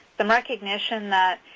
some recognition that,